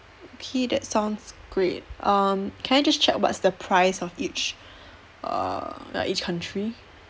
okay that sounds great um can I just check what's the price of each err like each country